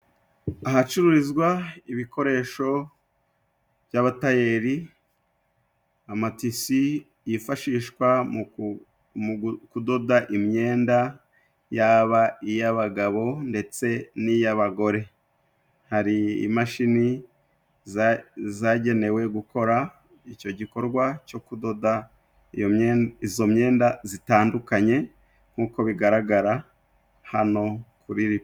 Ahacururizwa ibikoresho by'abatayeri. Amatisi yifashishwa mu kudoda imyenda yaba iy'abagabo ndetse n'iy'abagore. Hari imashini zagenewe gukora icyo gikorwa cyo kudoda izo myenda zitandukanye nk'uko bigaragara hano kuri,...